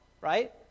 right